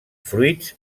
fruits